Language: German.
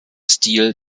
stil